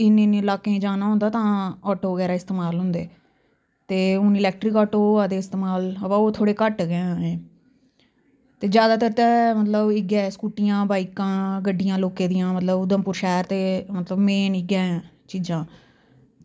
एह् नेहं नेहं इलाके ई जाना होंदा तां आटो वगैरा इस्तेमाल होंदे ते हून इलैक्ट्रिक आटो होआ दे इस्तेमाल हां वा ओह् थोह्ड़े घट्ट गै न ते जैदातर ते मतलब इयै स्कुटियां बाइकां गड्डियां लोकें दियां मतलब उधमपुर शैह्र ते मतलब मेन इयै चीजां